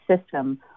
system